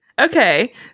Okay